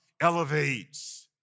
elevates